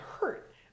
hurt